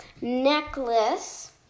necklace